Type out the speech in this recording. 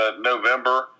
November –